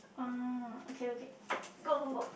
uh okay okay go go go